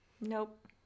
Nope